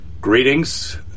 greetings